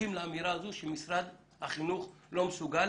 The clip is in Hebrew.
מסכים לאמירה הזו שמשרד החינוך לא מסוגל